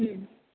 ம்